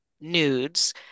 nudes